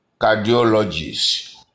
cardiologists